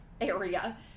area